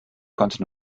konnte